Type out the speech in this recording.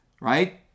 Right